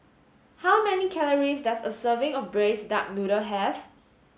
how many calories does a serving of braised duck noodle have